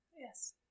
Yes